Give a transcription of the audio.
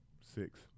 six